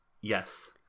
Yes